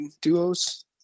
duos